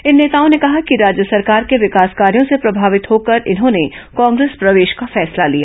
इन नेताओं ने कहा कि राज्य सरकार के विकास कार्यों से प्रभावित होकर इन्होंने कांग्रेस प्रवेश का फैसला लिया